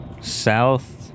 South